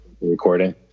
recording